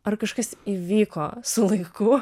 ar kažkas įvyko su laiku